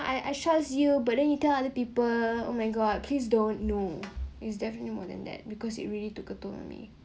I I trust you but then you tell other people oh my god please don't know is definitely more than that because it really to ketuk on me